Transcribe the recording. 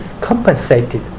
compensated